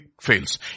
fails